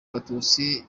abatutsi